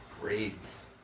grades